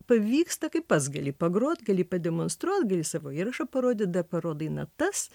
pavyksta kai pats gali pagrot gali pademonstruot gali savo įrašą parodyt dar parodai natas